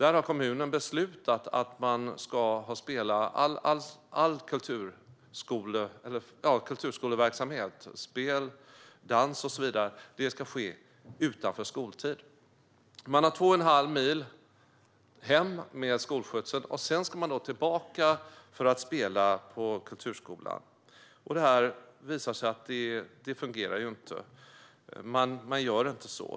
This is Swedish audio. Nu har kommunen beslutat att all kulturskoleverksamhet ska ske utanför skoltid. Barnen har två och en halv mil hem med skolskjuts, och sedan ska de tillbaka till Munkedal för att spela på kulturskolan. Detta fungerar inte; man gör inte så.